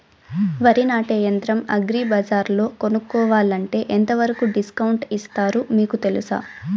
వరి నాటే యంత్రం అగ్రి బజార్లో కొనుక్కోవాలంటే ఎంతవరకు డిస్కౌంట్ ఇస్తారు మీకు తెలుసా?